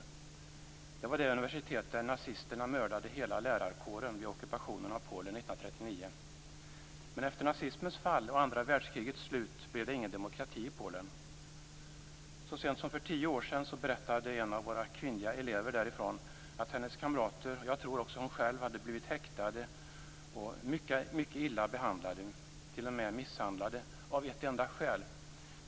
Detta var det universitet där nazisterna mördade hela lärarkåren vid ockupationen av Polen 1939. Efter nazismens fall och andra världskrigets slut blev det ingen demokrati i Polen. Så sent som för tio år sedan berättade en av våra kvinnliga elever därifrån att hennes kamrater - och jag tror också hon själv - hade blivit häktade och mycket illa behandlade, t.o.m. misshandlade, av ett enda skäl.